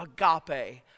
agape